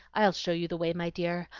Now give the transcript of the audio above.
i'll show you the way, my dear.